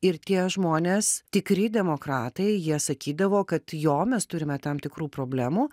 ir tie žmonės tikri demokratai jie sakydavo kad jo mes turime tam tikrų problemų